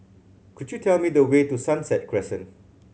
could you tell me the way to Sunset Crescent